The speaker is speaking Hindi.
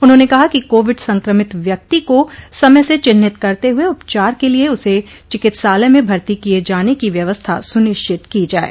उन्होंने कहा कि कोविड संक्रमित व्यक्ति को समय से चिन्हित करते हुए उपचार के लिये उसे चिकित्सालय में भर्ती किये जाने की व्यवस्था सुनिश्चित की जाये